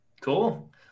cool